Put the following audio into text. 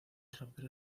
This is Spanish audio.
rapero